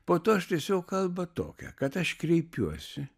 po to aš tiesiog kalbą tokią kad aš kreipiuosi